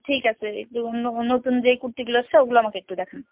ঠিক আছে একটু অন্য নতুন যেই কুর্তিগুলো এসেছে ওগুলো আমাকে একটু দেখান